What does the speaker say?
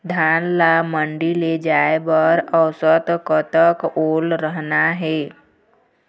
धान ला मंडी ले जाय बर औसत कतक ओल रहना हे?